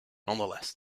nonetheless